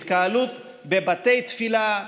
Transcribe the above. התקהלות בבתי תפילה,